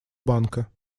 банка